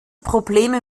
probleme